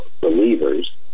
believers